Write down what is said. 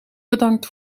bedankt